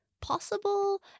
possible